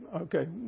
Okay